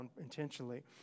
intentionally